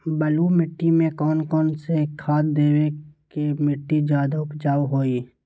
बलुई मिट्टी में कौन कौन से खाद देगें की मिट्टी ज्यादा उपजाऊ होगी?